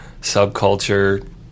subculture